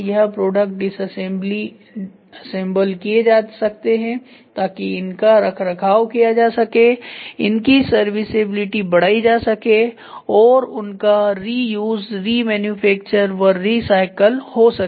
यह product disassemble किए जा सकते हैं ताकि इनका रखरखाव किया जा सके इनकी सर्विसिएबिलिटी बढ़ाई जा सके और उनका री यूज रीमैन्युफैक्चर व रीसायकल हो सके